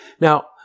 Now